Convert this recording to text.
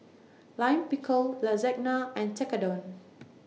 Lime Pickle Lasagna and Tekkadon